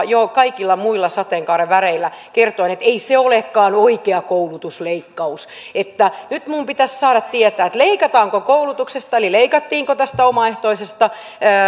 jo kaikilla muilla sateenkaaren väreillä kertoen että ei se olekaan oikea koulutusleikkaus nyt minun pitäisi saada tietää leikataanko koulutuksesta eli leikattiinko tästä omaehtoisesta